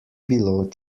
bilo